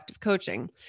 coaching